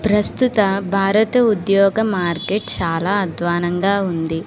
ప్రస్తుత భారత ఉద్యోగ మార్కెట్ చాలా అధ్వాన్నంగా ఉంది